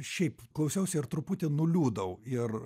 šiaip klausiausi ir truputį nuliūdau ir